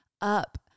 up